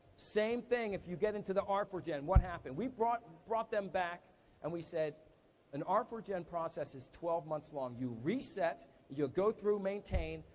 same thing if you get into the r four gen. what happened? we brought brought them back and we said an r four gen process is twelve months long. you reset, you go through, maintain,